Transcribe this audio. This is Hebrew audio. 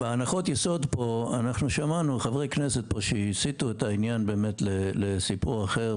בהנחות היסוד פה שמענו חברי כנסת שהסיטו את העניין לסיפור אחר,